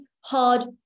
hard